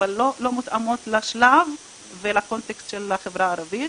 אבל לא מותאמות לשלב ולקונטקסט של החברה הערבית.